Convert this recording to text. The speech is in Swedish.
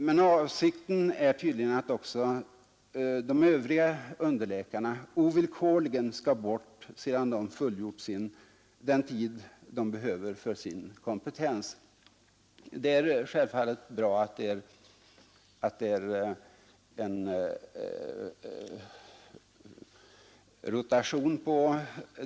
Men avsikten är tydligen att också de övriga underläkarna ovillkorligen skall bort sedan de fullgjort den tid de behöver för att få sin kompetens.